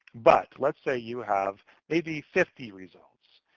but let's say you have maybe fifty results,